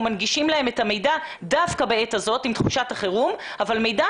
מנגישים להם את המידע דווקא בעת הזאת עם תחושת החירום אבל מידע